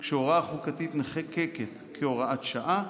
כשהוראה חוקתית נחקקת כהוראת שעה